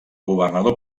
governador